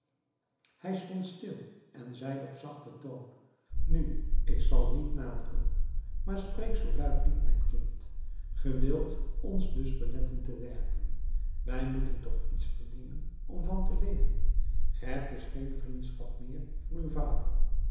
hij stond stil en zeide op zachten toon nu ik zal niet naderen maar spreek zoo luid niet mijn kind ge wilt ons dus beletten te werken wij moeten toch iets verdienen om van te leven ge hebt dus geen vriendschap meer voor uw vader